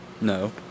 No